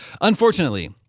Unfortunately